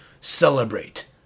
celebrate